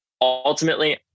ultimately